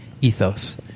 ethos